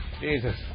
Jesus